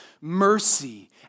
mercy